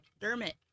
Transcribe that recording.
Dermot